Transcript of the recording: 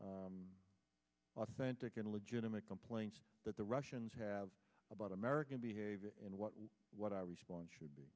of authentic and legitimate complaints that the russians have about american behavior and what what our response should